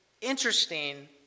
interesting